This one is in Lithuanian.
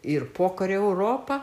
ir pokario europa